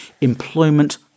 employment